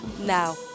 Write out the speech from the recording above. now